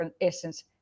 essence